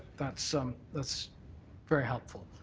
that's some that's very helpful.